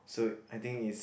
so I think is